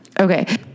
Okay